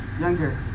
younger